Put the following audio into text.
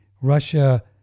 Russia